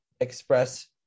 express